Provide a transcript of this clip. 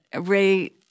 Ray